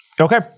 Okay